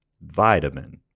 Vitamin